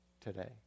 today